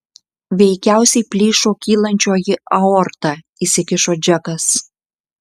veikiausiai plyšo kylančioji aorta įsikišo džekas